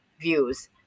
views